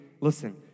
listen